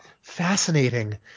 fascinating